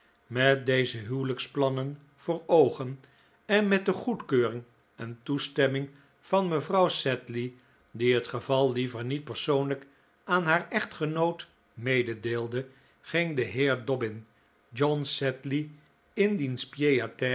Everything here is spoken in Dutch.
met deze huwelijksplannen voor oogen en met de goedkeuring en toestemming van mevrouw sedley die het geval liever niet persoonlijk aan haar echtgenoot mededeelde ging de heer dobbin john sedley in diens